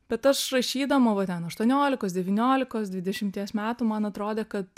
bet aš rašydama va ten aštuonolikos devyniolikos dvidešimties metų man atrodė kad